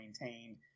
maintained